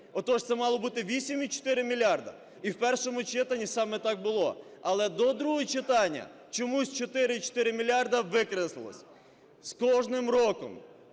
Отож це мало бути 8,4 мільярда. І в першому читанні саме так було. Але до другого читання чомусь 4,4 мільярда викреслилось. З кожним роком